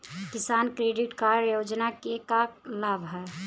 किसान credit card योजना के का का लाभ ह?